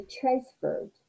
transferred